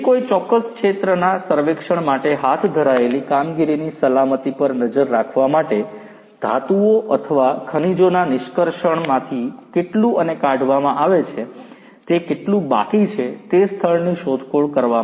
તેથી કોઈ ચોક્કસ ક્ષેત્રના સર્વેક્ષણ માટે હાથ ધરાયેલી કામગીરીની સલામતી પર નજર રાખવા માટે ધાતુઓ અથવા ખનિજોના નિષ્કર્ષણમાંથી કેટલું અને કાઢવામાં આવે છે તે કેટલું બાકી છે તે સ્થળની શોધખોળ કરવા